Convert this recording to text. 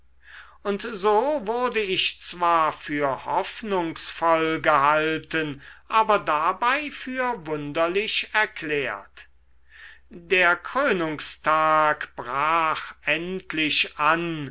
und so wurde ich zwar für hoffnungsvoll gehalten aber dabei für wunderlich erklärt der krönungstag brach endlich an